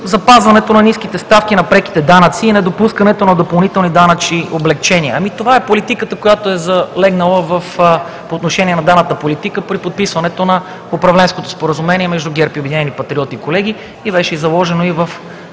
запазването на ниските ставки на преките данъци и недопускането на допълнителни данъчни облекчения. Това е политиката, която е залегнала по отношение на данъчната политика при подписването на управленското споразумение между ГЕРБ и „Обединени патриоти“,